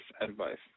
advice